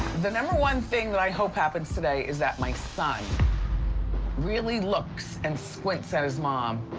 the number one thing that i hope happens today, is that my son really looks and squints at his mom.